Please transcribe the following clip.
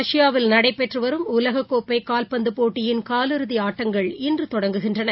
ரஷ்பாவில் நடைபெற்றுவரும் உலகக்கோப்பைகால்பந்துபோட்டியின் காலிறுதிஆட்டங்கள் இன்றுதொடங்குகின்றன